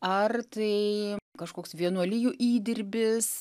ar tai kažkoks vienuolijų įdirbis